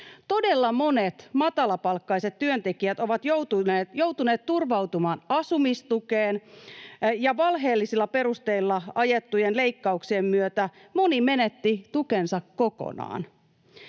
Todella monet matalapalkkaiset työntekijät ovat joutuneet turvautumaan asumistukeen, ja valheellisilla perusteilla ajettujen leikkauksien myötä moni menetti tukensa kokonaan.